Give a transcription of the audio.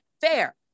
fair